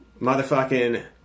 motherfucking